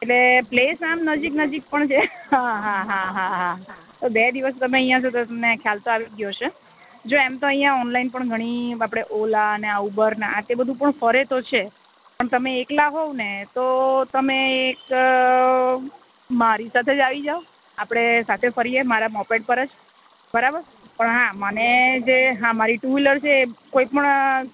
એટલે પ્લેસ આમ નજીક નજીક પણ છે હા હા હા હા હા તો બે દિવસ તમે અહીં છો તો તમને ખ્યાલ આવી ગયો હશે જો એમ તો અહીં ઓનલાઇન પણ ઘણી આપણી ઓલા ને આ ઉબેર આ તે બધું પણ ફરે તો છે જ તમે એકલા હોવ ને તો તો તમે એક મારી સાથે જ આવી જાઓ આપણે સાથે ફરીએ મારા મોપેડ પર જ બરાબર પણ હા મને જે હા મારી ટૂ વ્હીલર છે કોઈ પણ